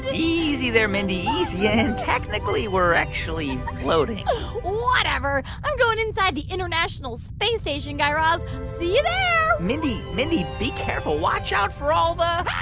easy there, mindy. easy. and technically, we're actually floating whatever. i'm going inside the international space station, guy raz. see you there mindy, mindy, be careful. watch out for all the.